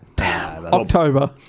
October